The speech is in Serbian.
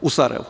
u Sarajevu.